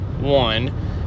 one